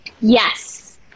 Yes